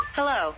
Hello